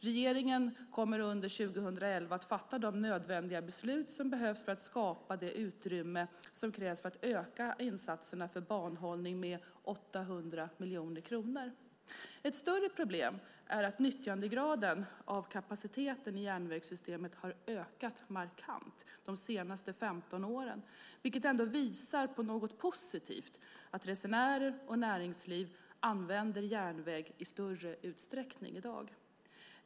Regeringen kommer under 2011 att fatta de nödvändiga beslut som behövs för att skapa det utrymme som krävs för att öka insatserna för banhållning med 800 miljoner kronor. Ett större problem är att nyttjandegraden av kapaciteten i järnvägssystemet har ökat markant de senaste 15 åren, vilket ändå visar på något positivt, nämligen att resenärer och näringsliv använder järnväg i större utsträckning i dag.